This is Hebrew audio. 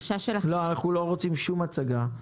אנחנו לא רוצים שום הצגה.